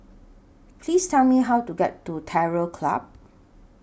Please Tell Me How to get to Terror Club